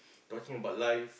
talking about life